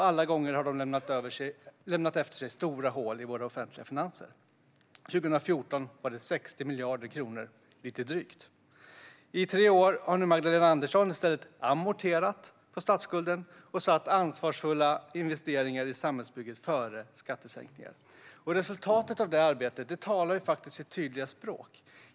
Alla gånger har de lämnat efter sig stora hål i våra offentliga finanser. År 2014 var det drygt 60 miljarder kronor. I tre år har nu Magdalena Andersson i stället amorterat på statsskulden och satt ansvarsfulla investeringar i samhällsbygget före skattesänkningar. Resultatet av det arbetet talar faktiskt sitt tydliga språk.